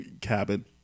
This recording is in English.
cabin